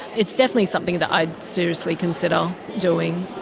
it's definitely something that i'd seriously consider doing.